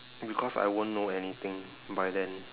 because I won't know anything by then